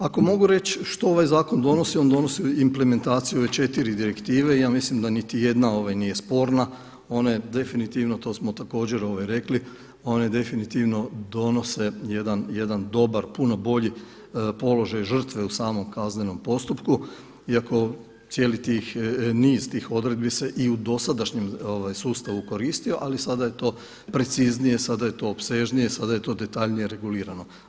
Ako mogu reći što ovaj zakon donosi, on donosi implementaciju u ove četiri direktive, ja mislim da niti jedna nije sporna, ona je definitivno to smo također reli, one definitivno donose jedan dobar, puno bolji položaj žrtve u samom kaznenom postupku, iako cijeli niz tih odredbi i u dosadašnjem sustavu koristio, ali sada je to preciznije, sada je to opsežnije, sada je to detaljnije regulirano.